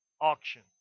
auction